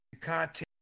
content